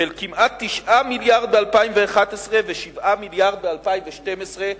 של כמעט 9 מיליארדים ב-2011 ו-7 מיליארדים ב-2012,